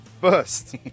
first